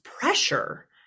pressure